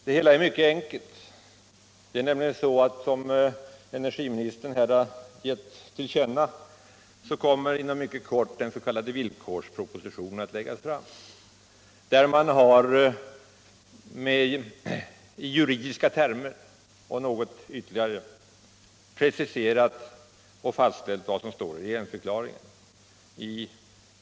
Det hela är mycket enkelt. Såsom energiministern här givit till känna kommer inom kort den s.k. villkorspropositionen att läggas fram, vari man i juridiska termer något ytterligare har preciserat och fastställt vad som står i regeringsförklaringen.